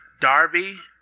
darby